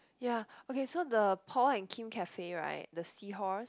ya okay so the Paul and Kim cafe right the seahorse